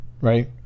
right